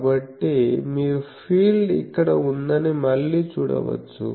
కాబట్టి మీరు ఫీల్డ్ ఇక్కడ ఉందని మళ్ళీ చూడవచ్చు